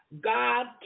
God